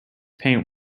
paint